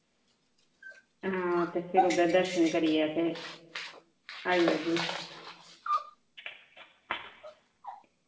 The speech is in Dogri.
ते फिर ओह्दे दर्शन करियै आई जाह्गे